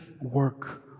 work